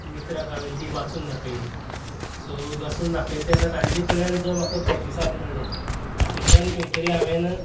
मित्रांक हांवेन ती वाचून दाखयली सो वाचून दाखयली तेन्ना तांचे कडल्यान जो म्हाका प्रतीसाद मेळ्ळो तातूंतल्यान खंय तरी हांवेन